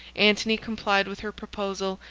antony complied with her proposal,